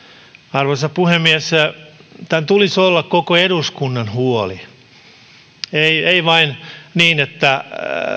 arvoisa puhemies tämän tulisi olla koko eduskunnan huoli ei ei vain niin että